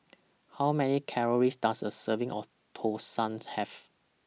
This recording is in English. How Many Calories Does A Serving of Thosai Have